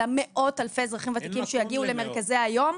אלא מאות אלפי אזרחים שיגיעו למרכזי היום,